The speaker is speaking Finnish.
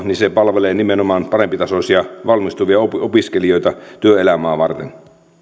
niin se palvelee nimenomaan parempitasoisia valmistuvia opiskelijoita työelämää varten